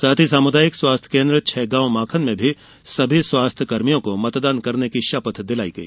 साथ ही सामुदायिक स्वास्थ्य केन्द्र छैगांवमाखन में सभी स्वास्थ्य कर्मचारियों को मतदान करने की शपथ दिलाई गई